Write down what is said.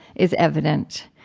is evident.